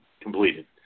completed